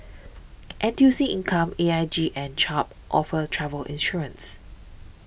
N T U C Income A I G and Chubb offer travel insurance